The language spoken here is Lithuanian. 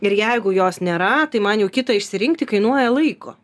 ir jeigu jos nėra tai man jau kitą išsirinkti kainuoja laiko